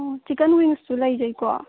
ꯑꯣ ꯆꯤꯛꯀꯟ ꯋꯤꯡꯁꯁꯨ ꯂꯩꯖꯩꯀꯣ